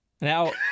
now